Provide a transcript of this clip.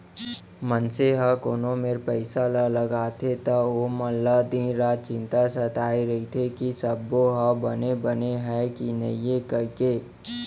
मनसे मन ह कोनो मेर पइसा ल लगाथे त ओमन ल दिन रात चिंता सताय रइथे कि सबो ह बने बने हय कि नइए कइके